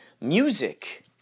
Music